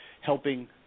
helping